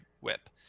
whip